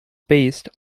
based